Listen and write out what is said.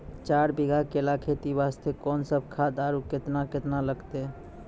चार बीघा केला खेती वास्ते कोंन सब खाद आरु केतना केतना लगतै?